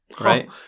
right